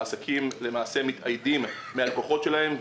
העסקים למעשה מתאיידים מהלקוחות שלהם.